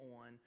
on